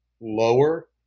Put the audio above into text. lower